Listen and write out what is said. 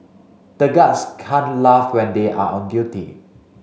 the guards can't laugh when they are on duty